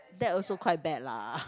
that also quite bad lah